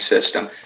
system